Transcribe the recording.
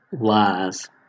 Lies